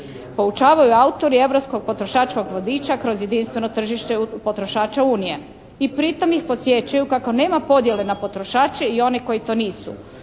poučavaju autori europskog potrošačkog vodiča kroz jedinstveno tržište potrošača Unije i pri tome ih podsjećaju kako nema podjele na potrošače i one koji to nisu.